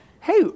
Hey